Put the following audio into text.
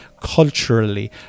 culturally